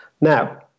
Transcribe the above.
Now